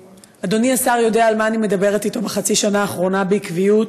אדוני השר יודע על מה אני מדברת אתו בחצי השנה האחרונה בעקביות,